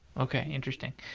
okay. interesting.